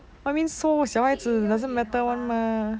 I mean so 小孩子 it doesn't matter [one] mah